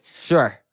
Sure